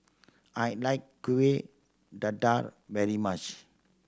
I like Kueh Dadar very much